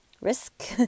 risk